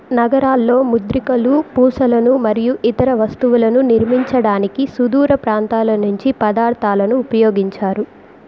నగరాల్లో ముద్రికలు పూసలను మరియు ఇతర వస్తువులను నిర్మించడానికి సుదూర ప్రాంతాల నుంచి పదార్థాలను ఉపయోగించారు